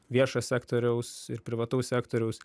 viešo sektoriaus ir privataus sektoriaus